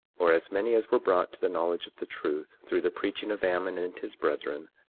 or as many as were brought to the knowledge of the truth, through the preaching of ammon and his brethren,